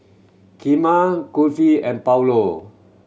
Kheema Kulfi and